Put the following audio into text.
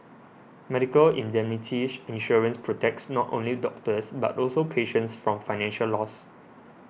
medical indemnity insurance protects not only doctors but also patients from financial loss